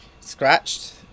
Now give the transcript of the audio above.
scratched